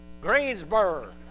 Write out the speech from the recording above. Greensburg